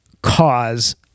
cause